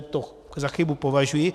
To za chybu považuji.